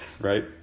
Right